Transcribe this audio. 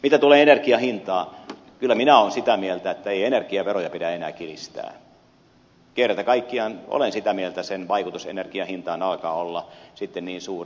mitä tulee energian hintaan kyllä minä olen sitä mieltä että ei energiaveroja pidä enää kiristää kerta kaikkiaan olen sitä mieltä sen vaikutus energian hintaan alkaa olla sitten niin suuri